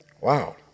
Wow